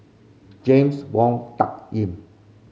James Wong Tuck Yim